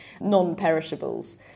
non-perishables